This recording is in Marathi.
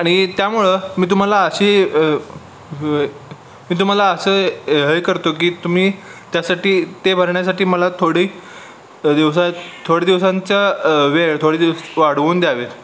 आणि त्यामुळं मी तुम्हाला अशी मी तुम्हाला असं हे करतो की तुम्ही त्यासाठी ते भरण्यासाठी मला थोडी दिवसात थोडी दिवसांचा वेळ थोडी दिवस वाढवून द्यावे